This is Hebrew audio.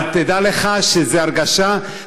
אבל תדע לך שזו הרגשה,